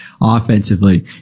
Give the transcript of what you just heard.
offensively